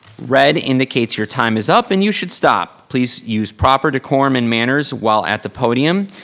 red indicates your time is up and you should stop. please use proper decorum and manners while at the podium.